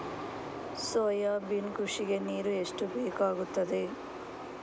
Soybean ಕೃಷಿಗೆ ನೀರು ಎಷ್ಟು ಬೇಕಾಗುತ್ತದೆ?